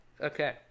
okay